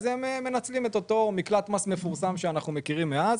הם מנצלים את אותו מקלט מס מפורסם שאנחנו מכירים מאז.